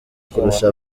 kurusha